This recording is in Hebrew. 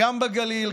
גם בגליל,